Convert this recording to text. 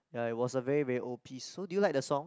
ya it was a very very old piece so did you like the song